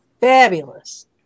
Fabulous